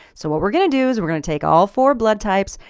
so what we're going to do is we're going to take all four blood types.